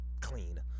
clean